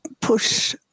push